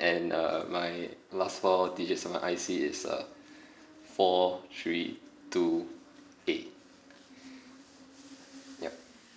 and uh my last four digits of my I_C is uh four three two A yup